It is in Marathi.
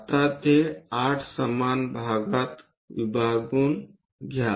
आता ते 8 समान भागात विभागून घ्या